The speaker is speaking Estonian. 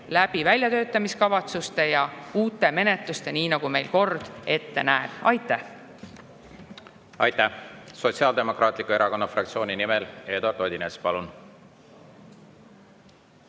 väljatöötamiskavatsuste ja uute menetlustega, nii nagu meil kord on. Aitäh! Aitäh! Sotsiaaldemokraatliku Erakonna fraktsiooni nimel Eduard Odinets, palun!